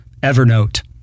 Evernote